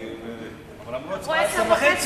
אבל אמרו הצבעה ב-22:30,